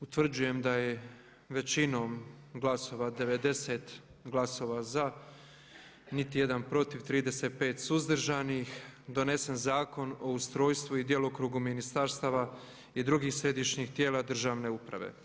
Utvrđujem da je većinom glasova 90 glasova za, niti jedan protiv, 35 suzdržanih donesen Zakona o ustrojstvu i djelokrugu ministarstava i drugih središnjih tijela državne uprave.